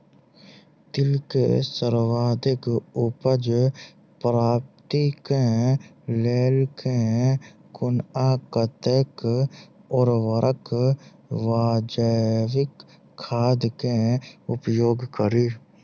तिल केँ सर्वाधिक उपज प्राप्ति केँ लेल केँ कुन आ कतेक उर्वरक वा जैविक खाद केँ उपयोग करि?